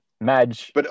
Madge